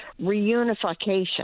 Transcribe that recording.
reunification